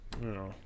No